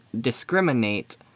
discriminate